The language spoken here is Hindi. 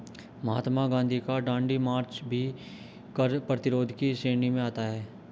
महात्मा गांधी का दांडी मार्च भी कर प्रतिरोध की श्रेणी में आता है